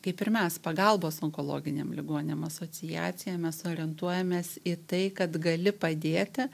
kaip ir mes pagalbos onkologiniam ligoniam asociacija mes orientuojamės į tai kad gali padėti